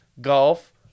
golf